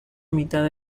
mitad